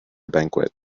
banquet